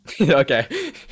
Okay